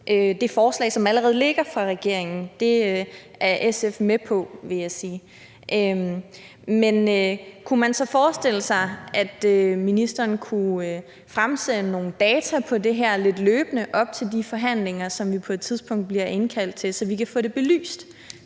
det forslag, som allerede ligger fra regeringen. Det er SF med på, vil jeg sige. Kunne man så forestille sig, at ministeren kunne fremsende nogle data på det her løbende op til de forhandlinger, som vi på et tidspunkt bliver indkaldt til, så vi kan få det belyst?